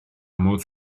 modd